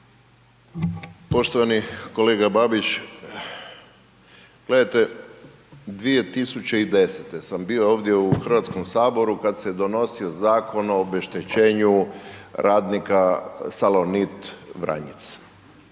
Poštovani kolega Babić, gledajte 2010. sam bio ovdje u Hrvatskom saboru kad se donosio zakon o obeštećenju radnika Salonit Vranjic.